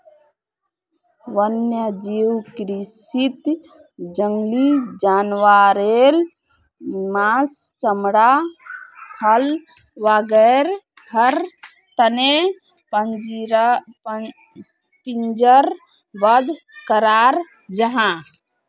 वन्यजीव कृषीत जंगली जानवारेर माँस, चमड़ा, फर वागैरहर तने पिंजरबद्ध कराल जाहा